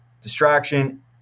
distraction